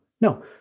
No